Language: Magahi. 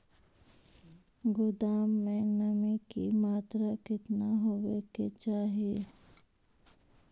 गोदाम मे नमी की मात्रा कितना होबे के चाही?